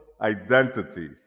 identity